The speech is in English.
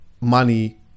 money